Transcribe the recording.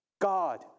God